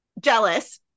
Jealous